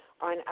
on